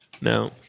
No